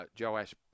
Joash